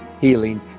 healing